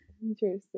Interesting